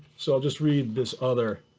so i'll just read this other